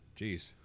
Jeez